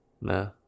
No